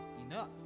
enough